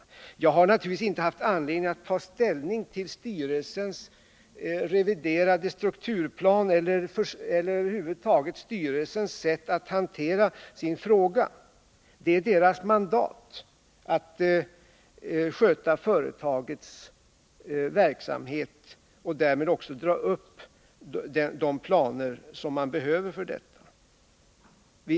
Tisdagen den Naturligtvis har jag inte haft anledning att ta ställning till styrelsens 18 december 1979 reviderade strukturplan eller över huvud taget styrelsens sätt att hantera sin uppgift. Det är dess mandat att sköta företagets verksamhet och därmed också dra upp de planer som behövs.